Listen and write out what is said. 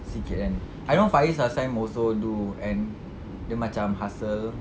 sikit kan I know faiz last time also do and dia macam hustle